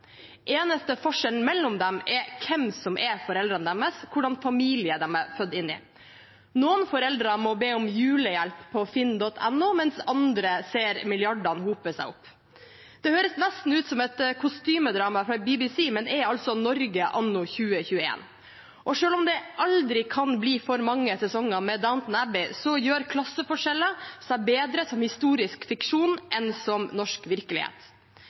eneste forskjellen mellom dem er hvem som er foreldrene deres, hvilken familie de er født inn i. Noen foreldre må be om julehjelp på finn.no, mens andre ser milliardene hope seg opp. Det høres nesten ut som et kostymedrama fra BBC, men er altså Norge anno 2021. Og selv om det aldri kan bli for mange sesonger med Downton Abbey, gjør klasseforskjeller seg bedre som historisk fiksjon enn som norsk virkelighet.